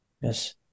Yes